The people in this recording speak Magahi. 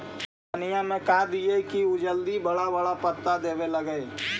धनिया में का दियै कि उ जल्दी बड़ा बड़ा पता देवे लगै?